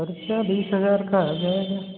ख़र्चा बीस हज़ार का हो जाएगा